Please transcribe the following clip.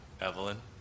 Evelyn